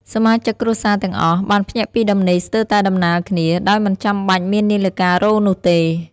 សមាជិកគ្រួសារទាំងអស់បានភ្ញាក់ពីដំណេកស្ទើរតែដំណាលគ្នា ដោយមិនចាំបាច់មាននាឡិការោទ៍នោះទេ។